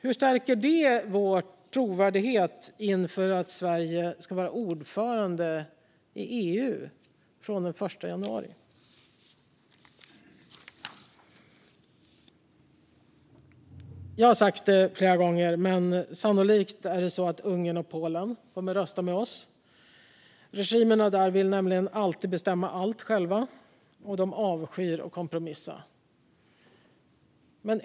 Hur stärker det vår trovärdighet inför att Sverige ska vara ordförande i EU från den 1 januari? Jag har sagt det flera gånger, men sannolikt är det så att Ungern och Polen kommer att rösta med oss. Regimerna där vill nämligen alltid bestämma allt själva, och de avskyr att kompromissa.